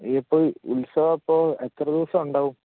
ഇപ്പോൾ ഉത്സവം അപ്പോൾ എത്ര ദിവസം ഉണ്ടാകും